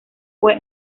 fue